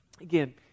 Again